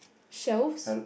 shelves